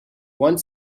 one